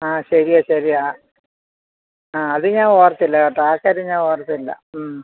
ആ ശരിയാ ശരിയാ ആ ആ അത് ഞാൻ ഓർത്തില്ല കേട്ടോ ആ കാര്യം ഞാൻ ഓർത്തില്ല